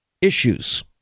issues